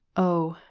oh!